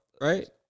right